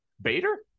Bader